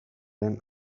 lehen